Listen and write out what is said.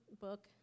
book